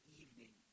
evening